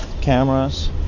cameras